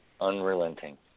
unrelenting